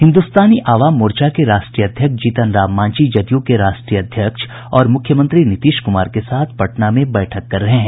हिन्दुस्तानी अवाम मोर्चा के राष्ट्रीय अध्यक्ष जीतनराम मांझी जदयू के राष्ट्रीय अध्यक्ष और मुख्यमंत्री नीतीश कुमार के साथ पटना में बैठक कर रहे हैं